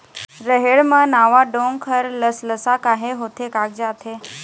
रहेड़ म नावा डोंक हर लसलसा काहे होथे कागजात हे?